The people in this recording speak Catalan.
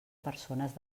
persones